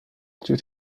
due